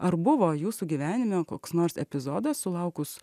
ar buvo jūsų gyvenime koks nors epizodas sulaukus